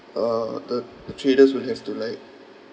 er the the traders will have to like